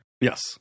Yes